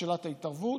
שאלת ההתערבות,